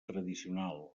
tradicional